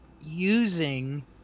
using